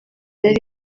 yari